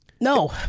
No